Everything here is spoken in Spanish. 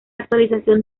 actualización